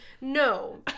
No